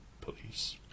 police